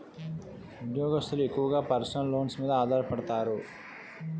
ఉద్యోగస్తులు ఎక్కువగా personal loans మీద ఆధారపడతారు